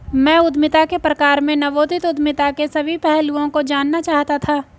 मैं उद्यमिता के प्रकार में नवोदित उद्यमिता के सभी पहलुओं को जानना चाहता था